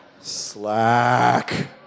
Slack